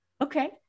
okay